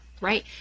right